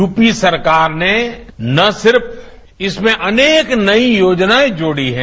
UP सरकार ने न सिर्फ इसमें अनेक नई योजनाएं जोड़ी हैं